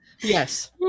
Yes